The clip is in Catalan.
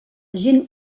gent